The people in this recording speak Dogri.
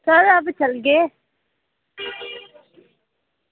एह् अज्ज चलगे